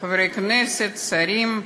חברי חברי הכנסת, שרים,